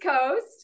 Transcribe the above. coast